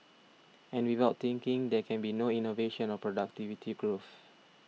and without thinking there can be no innovation or productivity growth